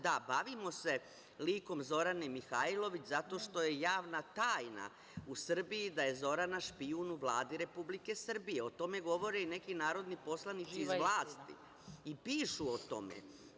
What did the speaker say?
Da, bavimo se likom Zorane Mihajlović zato što je javna tajna u Srbiji da je Zorana špijun u Vladi Republike Srbije i o tome govore i neki narodni poslanici iz vlasti i pišu o tome.